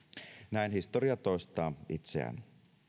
näin historia toistaa itseään